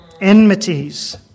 enmities